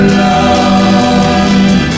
love